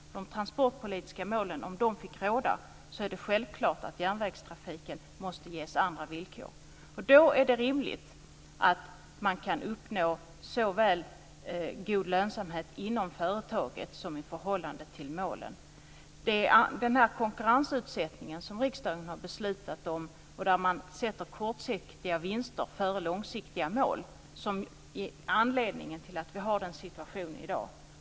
Om de transportpolitiska målen fick råda skulle det vara självklart att järnvägstrafiken måste ges andra villkor. Då är det rimligt att uppnå såväl god lönsamhet inom företaget som i förhållande till målen. Det är konkurrensutsättningen som riksdagen har fattat beslut om, där kortsiktiga vinster sätts före långsiktiga mål, som är anledningen till att vi har den här situationen i dag.